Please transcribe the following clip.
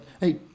hey